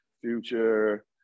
Future